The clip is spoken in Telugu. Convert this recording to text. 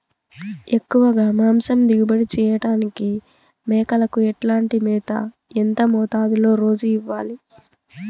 ఎక్కువగా మాంసం దిగుబడి చేయటానికి మేకలకు ఎట్లాంటి మేత, ఎంత మోతాదులో రోజు ఇవ్వాలి?